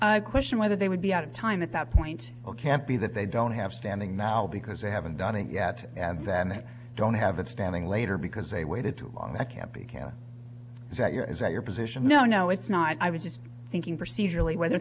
i question whether they would be out of time at that point or can't be that they don't have standing now because they haven't done it yet ads and they don't have a standing later because they waited too long i can't be can that you know is that your position no no it's not i was just thinking procedurally whether